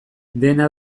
dena